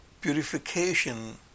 purification